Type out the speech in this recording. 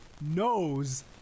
knows